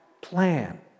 plan